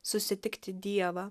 susitikti dievą